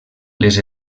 les